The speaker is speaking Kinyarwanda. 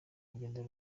urugendo